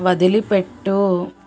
వదిలిపెట్టు